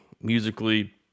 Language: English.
musically